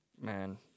Man